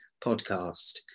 podcast